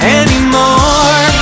anymore